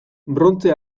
brontze